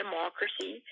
Democracy